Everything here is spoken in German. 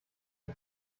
die